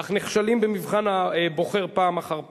אך נכשלים במבחן הבוחר פעם אחר פעם,